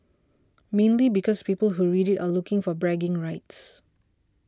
mainly because people who read it are looking for bragging rights